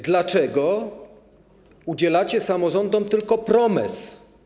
Dlaczego udzielacie samorządom tylko promes?